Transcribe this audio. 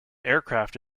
aircraft